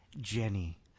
Jenny